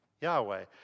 Yahweh